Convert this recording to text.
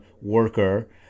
worker